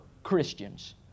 Christians